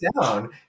down